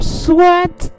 sweat